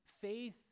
faith